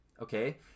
okay